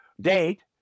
date